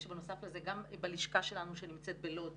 שבנוסף לזה גם בלשכה שלנו שנמצאת בלוד,